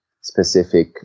specific